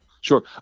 Sure